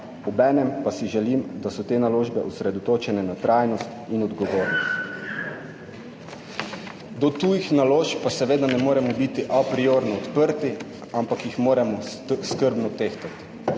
Obenem pa si želim, da so te naložbe osredotočene na trajnost in odgovornost. Do tujih naložb pa seveda ne moremo biti apriorno odprti, ampak jih moramo skrbno tehtati.